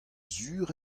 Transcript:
sur